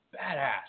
badass